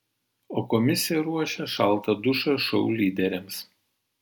o komisija ruošia šaltą dušą šou lyderiams